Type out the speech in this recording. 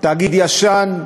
תאגיד ישן,